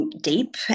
deep